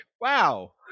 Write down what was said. wow